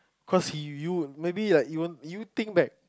cause he you maybe you think that